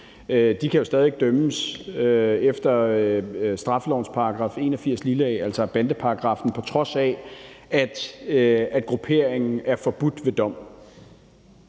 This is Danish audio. LTF, jo stadig væk kan dømmes efter straffelovens § 81 a, altså bandeparagraffen, på trods af at grupperingen er forbudt ved dom.